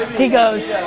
he goes,